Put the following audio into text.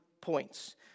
points